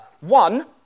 one